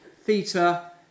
theta